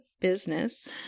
business